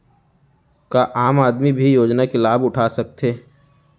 का आम आदमी भी योजना के लाभ उठा सकथे?